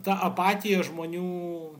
ta apatija žmonių